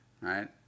right